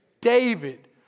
David